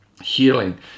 healing